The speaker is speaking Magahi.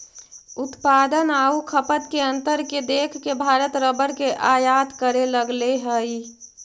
उत्पादन आउ खपत के अंतर के देख के भारत रबर के आयात करे लगले हइ